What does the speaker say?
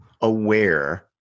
aware